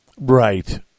Right